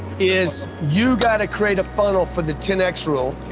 is you gotta create a funnel for the ten x rule.